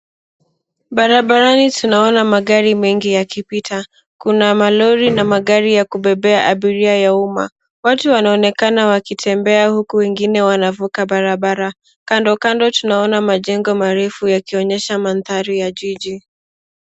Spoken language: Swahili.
Barabarani tunaona magari mengi yakipita. Kuna malori na magari ya kubebea abiria ya umma. Watu wanaonekana wakitembea huku wengine wanavuka barabara. Kando kando tunaona majengo marefu yakionyesha mandhari ya jiji.